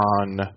on